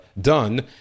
done